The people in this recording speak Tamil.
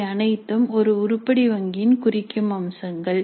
இவை அனைத்தும் ஒரு உருப்படி வங்கியின் குறிக்கும் அம்சங்கள்